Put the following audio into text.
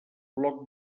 bloc